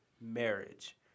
marriage